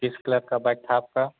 किस क्लर का बाइक था आपका